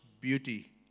beauty